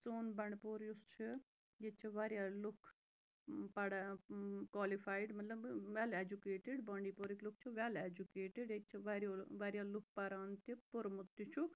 سون بنٛڈپوٗر یُس چھُ ییٚتہِ چھِ واریاہ لُکھ پَڑا کالِفایِڈ مطلب وٮ۪ل اٮ۪جُکیٹٕڈ بانٛڈی پورہٕکۍ لُکھ چھِ وٮ۪ل اٮ۪جُکیٹٕڈ ییٚتہِ چھِ واریاہ لُکھ پَران تہِ پوٚرمُت تہِ چھُکھ